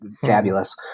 fabulous